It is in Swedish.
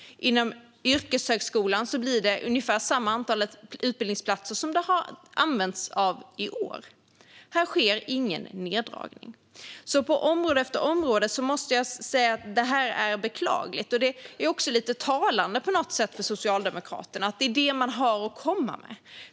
Inom yrkeshögskolan blir det ungefär samma antal utbildningsplatser som det varit i år. Här sker ingen neddragning. På område efter område måste jag alltså säga att det är beklagligt och också lite talande för Socialdemokraterna att det är vad de har att komma med.